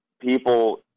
people